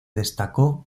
destacó